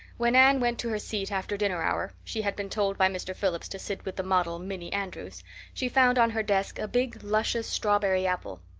when anne went to her seat after dinner hour she had been told by mr. phillips to sit with the model minnie andrews she found on her desk a big luscious strawberry apple.